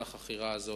על החכירה הזאת,